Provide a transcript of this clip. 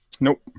Nope